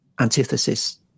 antithesis